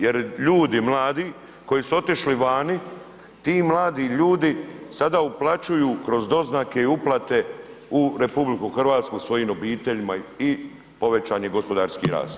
Jer ljudi mladi koji su otišli vani, ti mladi ljudi sada uplaćuju kroz doznake i uplate u RH svojim obiteljima i povećan je gospodarski rast.